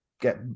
get